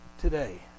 today